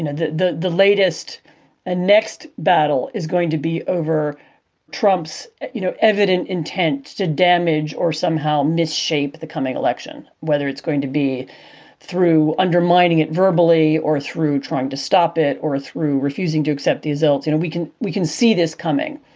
and and the latest the ah next battle is going to be over trump's you know evident intent to damage or somehow mis shape the coming election, whether it's going to be through undermining it verbally or through trying to stop it or through refusing to accept the results. you know, we can we can see this coming.